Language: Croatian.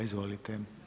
Izvolite.